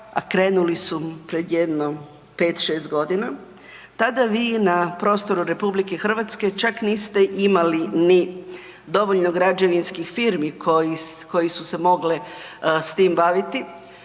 a krenuli su pred jedno 5-6.g., tada vi na prostoru RH čak niste imali ni dovoljno građevinskih firmi koji, koji su se mogle s tim baviti.